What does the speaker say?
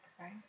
right